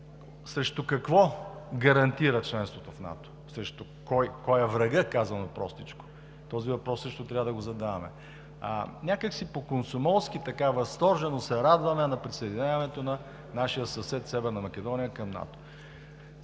Срещу какво гарантира членството в НАТО, срещу кой? Кой е врагът, казано простичко? Този въпрос също трябва да го задаваме. Някак си по комсомолски, така възторжено се радваме на присъединяването на нашия съсед Северна Македония към НАТО.